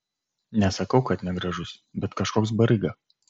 nesakau kad negražus bet kažkoks baryga